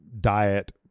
diet